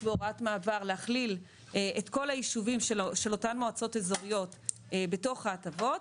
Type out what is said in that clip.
בהוראת מעבר להכליל את כל הישובים של אותן מועצות אזוריות בתוך ההטבות